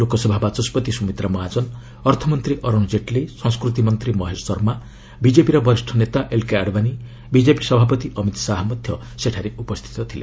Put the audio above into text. ଲୋକସଭା ବାଚସ୍କତି ସୁମିତ୍ରା ମହାଜନ ଅର୍ଥମନ୍ତ୍ରୀ ଅରୁଣ ଜେଟ୍ଲୀ ସଂସ୍କୃତି ମନ୍ତ୍ରୀ ମହେଶ ଶର୍ମା ବିଜେପିର ବରିଷ୍ଣ ନେତା ଏଲ୍କେ ଆଡଭାନୀ ବିଜେପି ଅଧ୍ୟକ୍ଷ ଅମିତ ଶାହା ମଧ୍ୟ ସେଠାରେ ଉପସ୍ଥିତ ଥିଲେ